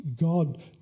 God